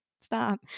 stop